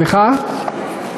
סליחה?